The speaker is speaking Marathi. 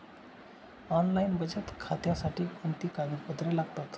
ऑनलाईन बचत खात्यासाठी कोणती कागदपत्रे लागतात?